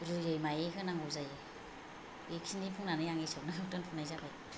रुयै मायै होनांगौ जायो बेखिनि बुंनानै आं एसेयावनो दोनथनाय जाबाय